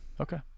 Okay